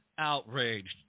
outraged